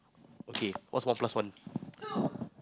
okay what's one plus one